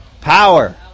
Power